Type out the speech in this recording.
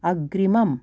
अग्रिमम्